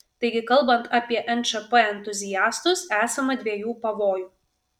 taigi kalbant apie nšp entuziastus esama dviejų pavojų